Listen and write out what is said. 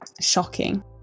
shocking